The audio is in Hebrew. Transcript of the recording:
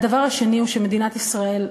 והדבר השני הוא שמדינת ישראל,